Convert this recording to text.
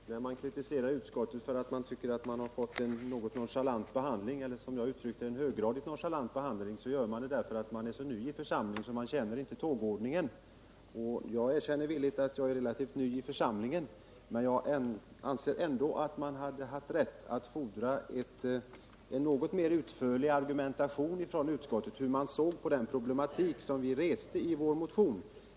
Herr talman! När man kritiserar utskottet för att man fått en något nonchalant behandling eller — som jag uttryckte det — en höggradigt nonchalant behandling, så gör man det enligt herr Molins mening därför att man är så ny i församlingen att man inte känner till tågordningen. Jag erkänner villigt att jag är relativt ny i församlingen. Men jag anser ändå att man hade haft rätt att fordra en något mer utförlig argumentation från utskottet när det gäller den problematik som vi tog upp i vår motion.